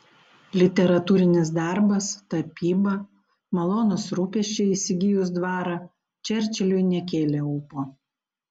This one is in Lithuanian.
literatūrinis darbas tapyba malonūs rūpesčiai įsigijus dvarą čerčiliui nekėlė ūpo